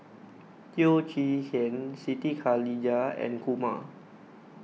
Teo Chee Hean Siti Khalijah and Kumar